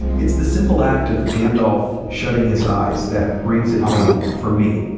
it's the simple act of gandalf shutting his eyes that brings it home for me.